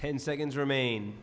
ten seconds remain